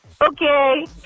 Okay